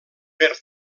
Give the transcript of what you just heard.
per